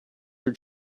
your